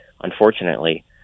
unfortunately